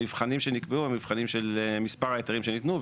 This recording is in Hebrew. המבחנים שנקבעו הם מבחנים של מספר ההיתרים שניתנו,